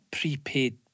prepaid